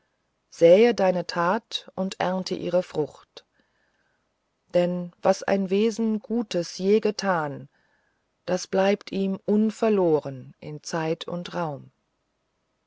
säe deine tat und ernte ihre frucht denn was ein wesen gutes je getan das bleibt ihm unverloren in zeit und raum